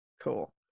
Cool